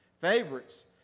Favorites